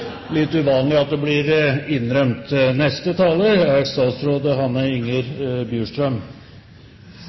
litt uvanlig at det blir